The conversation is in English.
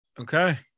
Okay